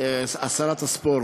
של שרת הספורט.